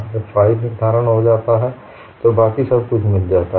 जब फाइ निर्धारित हो जाता है तो बाकी सब कुछ मिल जाता है